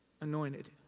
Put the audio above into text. Anointed